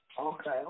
okay